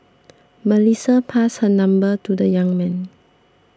Melissa passed her number to the young man